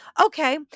okay